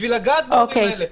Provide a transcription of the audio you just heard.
בשביל לגעת בהורים האלה.